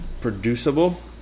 producible